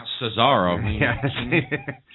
Cesaro